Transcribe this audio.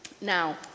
Now